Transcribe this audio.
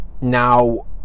Now